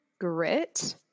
grit